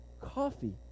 coffee